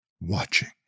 watching